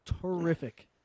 terrific